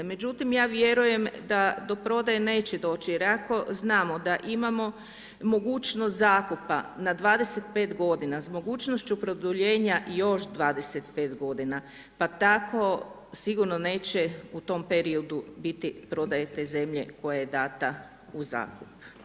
Međutim ja vjerujem da do prodaje neće doći jer ako znamo da imamo mogućnost zakupa na 25 godina s mogućnošću produljenja još 25 godina pa tako sigurno neće u tom periodu biti prodaje te zemlje koja je dana u zakup.